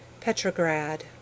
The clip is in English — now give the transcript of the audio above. petrograd